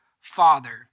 father